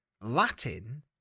Latin